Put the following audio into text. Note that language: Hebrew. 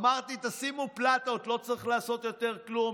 אמרתי: תשימו פלטות, לא צריך לעשות יותר כלום.